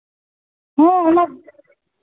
ᱦᱮᱸ ᱚᱱᱟ